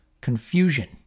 confusion